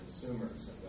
consumers